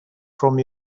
from